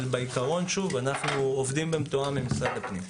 בעיקרון, אנחנו עובדים במתואם עם משרד הפנים.